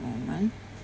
moment